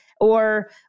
Or-